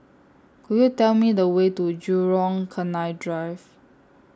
Could YOU Tell Me The Way to Jurong Canal Drive